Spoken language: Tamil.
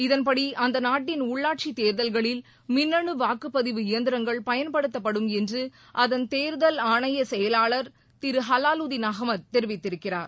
இதன்படி அந்த நாட்டின் உள்ளாட்சி தேர்தல்களில் மின்னணு வாக்குப்பதிவு இயந்திரங்கள் பயன்படுத்தப்படும் என்று அதன் தேர்தல் ஆணைய செயலாளர் திரு ஹலாலுதின் அஹமத் தெரிவித்திருக்கிறார்